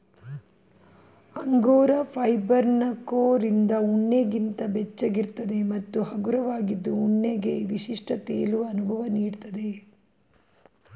angora ಫೈಬರ್ನ ಕೋರಿಂದ ಉಣ್ಣೆಗಿಂತ ಬೆಚ್ಚಗಿರ್ತದೆ ಮತ್ತು ಹಗುರವಾಗಿದ್ದು ಉಣ್ಣೆಗೆ ವಿಶಿಷ್ಟ ತೇಲುವ ಅನುಭವ ನೀಡ್ತದೆ